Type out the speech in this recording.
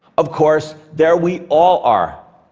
of course, there we all are.